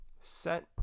set